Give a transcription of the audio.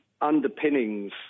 underpinnings